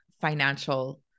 financial